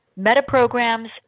Metaprograms